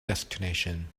destination